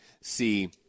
see